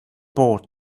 bored